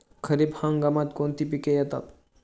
खरीप हंगामात कोणती पिके येतात?